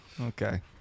Okay